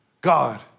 God